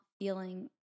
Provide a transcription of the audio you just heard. feeling